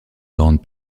grandes